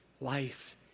life